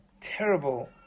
terrible